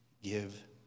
give